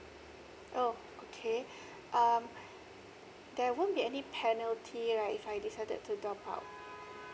oh okay um there won't be any penalty right if I decided to drop out